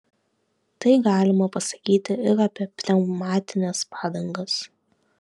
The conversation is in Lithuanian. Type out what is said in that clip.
tai galima pasakyti ir apie pneumatines padangas